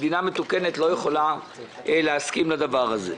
מדינה מתוקנת לא יכולה להסכים לדבר הזה.